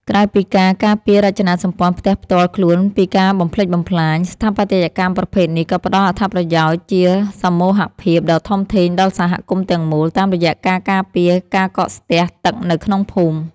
ក្រៅពីការការពាររចនាសម្ព័ន្ធផ្ទះផ្ទាល់ខ្លួនពីការបំផ្លិចបំផ្លាញ ស្ថាបត្យកម្មប្រភេទនេះក៏ផ្ដល់អត្ថប្រយោជន៍ជាសមូហភាពដ៏ធំធេងដល់សហគមន៍ទាំងមូល តាមរយៈការការពារការកកស្ទះទឹកនៅក្នុងភូមិ។